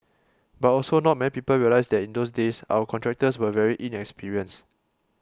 but also not many people realise that in those days our contractors were very inexperienced